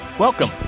Welcome